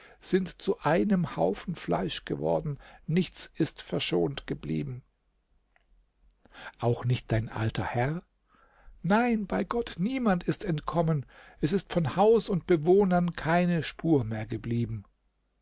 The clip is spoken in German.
sind zu einem haufen fleisch geworden nichts ist verschont geblieben auch nicht dein alter herr nein bei gott niemand ist entkommen es ist von haus und bewohnern keine spur mehr geblieben